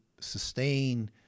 sustain